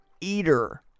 Eater